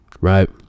right